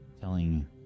telling